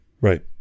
right